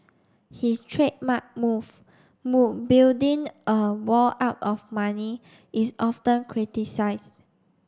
his trademark move move building a wall out of money is often criticised